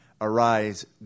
Arise